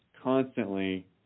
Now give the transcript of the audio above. constantly